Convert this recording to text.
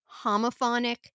homophonic